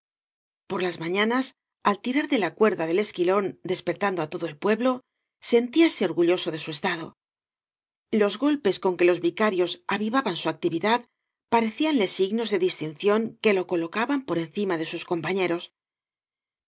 por las mañanas al tirar de la cuerda del esquilón despertando á todo el pue blo sentíase orgulloso de su estado los golpes con que los vicarios avivaban su actividad parecíanle signos de distinción que lo colocaban por encima de sus compañeros